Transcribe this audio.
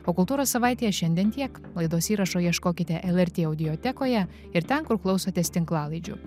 o kultūros savaitėje šiandien tiek laidos įrašo ieškokite lrt audiotekoje ir ten kur klausotės tinklalaidžių